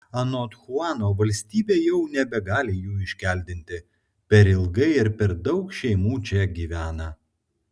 anot chuano valstybė jau nebegali jų iškeldinti per ilgai ir per daug šeimų čia gyvena